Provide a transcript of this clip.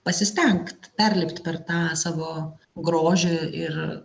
pasistengt perlipt per tą savo grožio ir